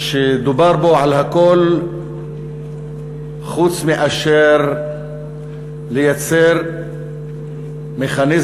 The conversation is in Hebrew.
שדובר בו על הכול חוץ מאשר על לייצר מכניזם